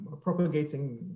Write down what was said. propagating